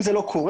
אם זה לא קורה,